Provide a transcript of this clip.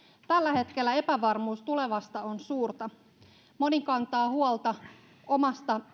tällä hetkellä epävarmuus tulevasta on suurta moni kantaa huolta omasta